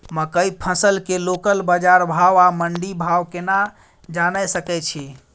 मकई फसल के लोकल बाजार भाव आ मंडी भाव केना जानय सकै छी?